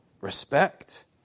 respect